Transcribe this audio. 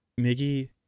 Miggy